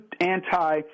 anti